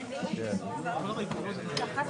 ננעלה בשעה